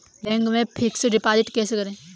Bank में fix deposit कैसे करें?